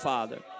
Father